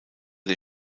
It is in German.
der